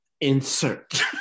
insert